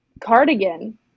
Cardigan